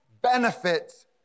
benefits